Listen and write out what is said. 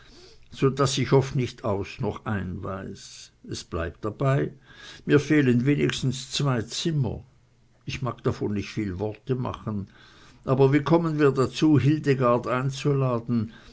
so daß ich oft nicht aus noch ein weiß es bleibt dabei mir fehlen wenigstens zwei zimmer ich mag davon nicht viel worte machen aber wie kommen wir dazu hildegard einzuladen